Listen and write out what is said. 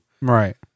Right